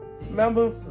Remember